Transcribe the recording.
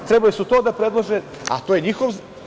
Trebali su to da predlože, a to je njihov…